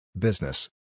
Business